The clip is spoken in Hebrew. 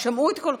שמעו את כל,